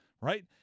Right